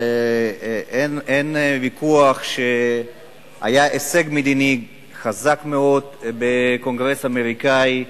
אין ויכוח שהיה הישג מדיני חזק מאוד בקונגרס האמריקני.